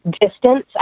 Distance